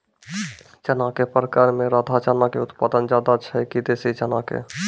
चना के प्रकार मे राधा चना के उत्पादन ज्यादा छै कि देसी चना के?